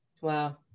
Wow